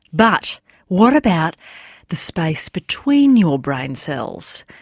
but what about the space between your brain cells,